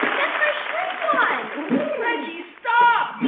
that's my shrink wand reggie, stop